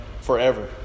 forever